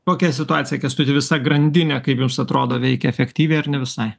kokia situacija kęstutį visa grandinė kaip jums atrodo veikia efektyviai ar ne visai